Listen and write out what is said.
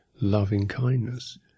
loving-kindness